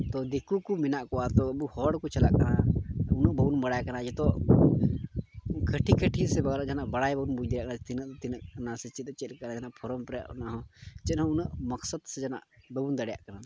ᱛᱳ ᱫᱤᱠᱩ ᱠᱚ ᱢᱮᱱᱟᱜ ᱠᱚᱣᱟ ᱛᱳ ᱟᱵᱚ ᱦᱚᱲ ᱠᱚ ᱪᱟᱞᱟᱜ ᱠᱟᱱᱟ ᱩᱱᱟᱹᱜ ᱵᱟᱵᱚᱱ ᱵᱟᱲᱟᱭ ᱠᱟᱱᱟ ᱡᱚᱛᱚ ᱠᱷᱟᱹᱴᱤ ᱠᱷᱟᱹᱴᱤ ᱥᱮ ᱡᱟᱦᱟᱱᱟᱜ ᱵᱟᱲᱟᱭ ᱵᱟᱵᱚᱱ ᱵᱩᱡᱽ ᱫᱟᱲᱮᱭᱟᱜ ᱠᱟᱱᱟ ᱛᱤᱱᱟᱹᱜ ᱛᱤᱱᱟᱹᱜ ᱠᱟᱱᱟ ᱥᱮ ᱪᱮᱫ ᱪᱮᱫ ᱞᱮᱠᱟ ᱯᱷᱨᱚᱢ ᱯᱮᱨᱮᱡ ᱚᱱᱟ ᱦᱚᱸ ᱪᱮᱫ ᱦᱚᱸ ᱩᱱᱟᱹᱜ ᱢᱚᱠᱥᱚᱛ ᱥᱮ ᱡᱟᱦᱟᱱᱟᱜ ᱵᱟᱵᱚᱱ ᱫᱟᱲᱮᱭᱟᱜ ᱠᱟᱱᱟ